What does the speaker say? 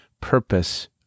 purpose